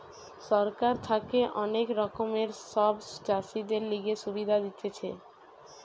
সরকার থাকে অনেক রকমের সব চাষীদের লিগে সুবিধা দিতেছে